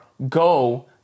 go